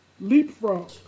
Leapfrog